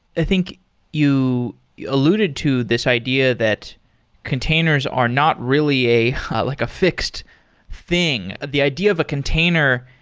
i think you alluded to this idea that containers are not really a like a fixed thing. the idea of a container,